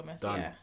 done